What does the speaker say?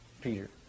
Peter